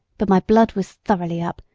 but my blood was thoroughly up,